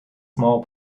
small